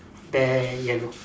bear yellow